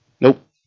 Nope